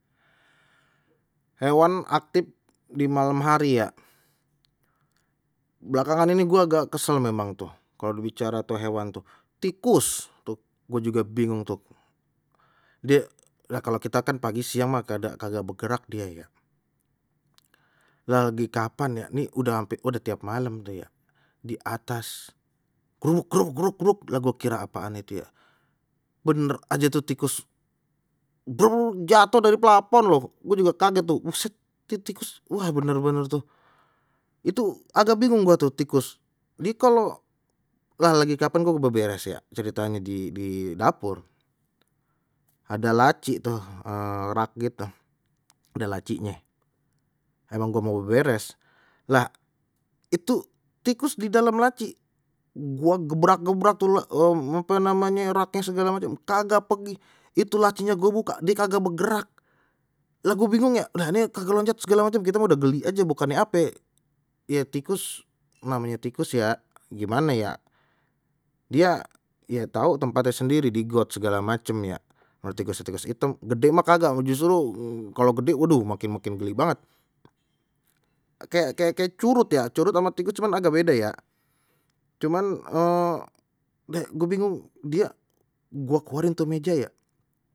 Hewan aktif di malam hari ya, belakangan ini gua agak kesel memang tuh, kalau bicara tuh hewan tikus tuh gua juga bingung tuh, die lah kalau kita kan pagi siang mah nggak ada kagak begerak dia ya, lagi kapan ya, ni udah ampe kode tiap malam dah ya di atas, grubuk grubuk grubuk grubuk lah gua kira apaan itu ya, bener aja tuh tikus jatuh dari plafon lho, gue juga kaget tuh, buset ni tikus wah bener-bener tuh, itu agak bingung gua tuh tikus, jadi kalau lah lagi kapan gua beberes ya ceritanya di di dapur ada laci tuh rak gitu, ada lacinye emang gue mau beberes lah itu tikus di dalam laci gua gebrak-gebrak tu ape namenye raknye segala macem kagak pegih, itu lacinya gue buka die kagak bergerak lah gua bingung ya, lah ni kagak loncat segala macem kita mah udah geli aje bukannya ape ya tikus namanya tikus ya gimana ya, dia ye tahu tempatnye sendiri di got segala macem ya, mana tikusnya tikus item gede mah kagak, justru kalau gede waduh makin makin geli banget kayak kayak curut ya, curut ama tikus cuman agak beda ya, cuman gua bingung dia gua keluarin tu meja ya.